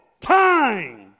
time